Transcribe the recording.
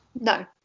No